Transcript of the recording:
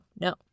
no